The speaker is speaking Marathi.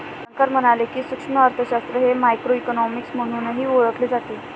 शंकर म्हणाले की, सूक्ष्म अर्थशास्त्र हे मायक्रोइकॉनॉमिक्स म्हणूनही ओळखले जाते